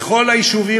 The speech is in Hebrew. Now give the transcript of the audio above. בכל היישובים,